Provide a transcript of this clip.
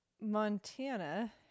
Montana